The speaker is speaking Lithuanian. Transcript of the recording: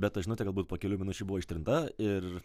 bet ta žinutė galbūt po kelių minučių buvo ištirta ir